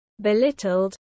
belittled